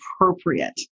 appropriate